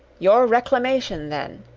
your reclamation, then.